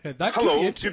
hello